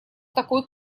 такой